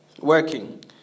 working